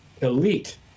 elite